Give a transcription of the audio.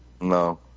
No